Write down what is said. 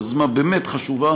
יוזמה באמת חשובה,